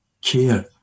care